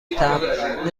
تمبر